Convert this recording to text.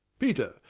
peter,